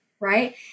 Right